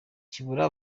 kibura